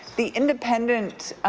the independent